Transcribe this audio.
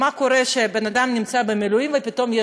אני מבין שאתה רוצה לדבר על קורס המג"דים.